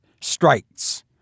strikes